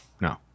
No